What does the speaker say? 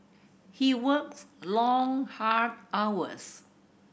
he works long hard hours